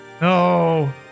no